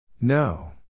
No